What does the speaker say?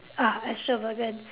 ah extravagant